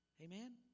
Amen